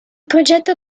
progetto